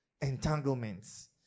entanglements